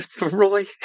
Roy